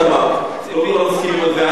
זה את אמרת, לא כולם מסכימים על זה.